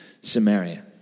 Samaria